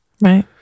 right